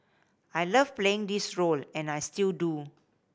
I love playing this role and I still do